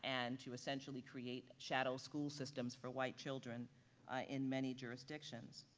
and to essentially create shadow school systems for white children in many jurisdictions,